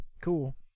Cool